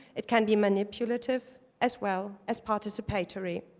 it can be manipulative as well as participatory.